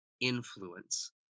influence